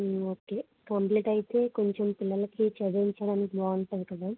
okay complete అయితే కొంచెం పిల్లలకి చదివించడానికి బాగుంటుంది కదా